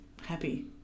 Happy